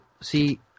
see